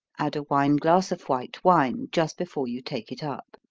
add a wine glass of white wine just before you take it up.